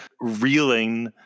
reeling